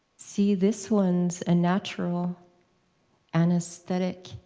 see this one's a natural anesthetic,